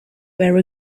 were